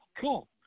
cool